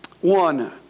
One